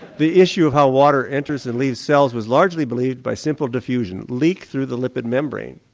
the issue of how water enters and leaves cells was largely believed by simple diffusion, leaked through the lipid membrane,